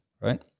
right